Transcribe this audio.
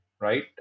right